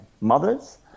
mothers